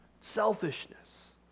selfishness